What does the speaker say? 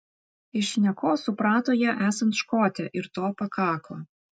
iš šnekos suprato ją esant škotę ir to pakako